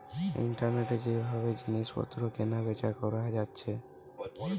ইন্টারনেটে যে ভাবে জিনিস পত্র কেনা বেচা কোরা যাচ্ছে